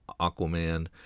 Aquaman